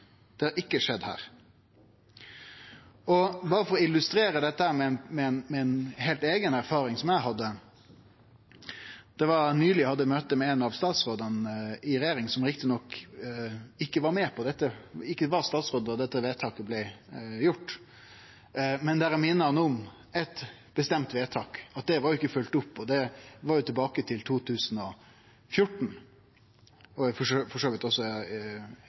ein har møtt på problem med gjennomføringa, men det har ikkje skjedd her. Eg vil illustrere dette med ei erfaring eg har hatt: Eg hadde nyleg eit møte med ein av statsrådane i regjeringa. Han var riktig nok ikkje statsråd da dette vedtaket blei gjort, men eg minte han om eit bestemt vedtak frå 2014, som også er nemnt i denne saka, og at det ikkje var følgt opp. Det var